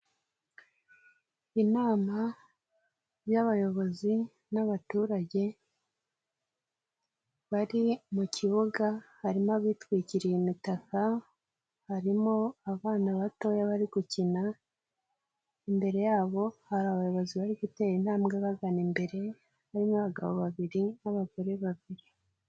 Inama y'abayobozi n'abaturage bari mu kibuga, harimo abitwikiriye imitaka, harimo abana batoya bari gukina, imbere yabo hari abayobozi bari gutera intambwe bagana imbere, harimo abagabo babiri n'abagore babiri.